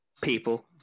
people